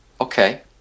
Okay